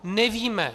Nevíme.